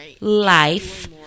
life